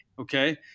okay